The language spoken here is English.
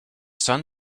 sun